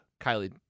Kylie